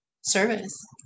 service